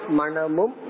Manamum